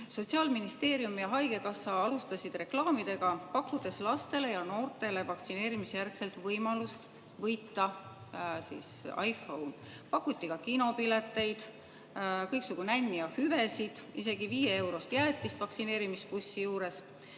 Sotsiaalministeerium ja haigekassa alustasid reklaamidega, pakkudes lastele ja noortele vaktsineerimisjärgselt võimalust võita iPhone. Pakuti ka kinopileteid, kõiksugu nänni ja hüvesid, isegi 5‑eurost jäätist vaktsineerimisbussi juures.